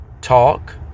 talk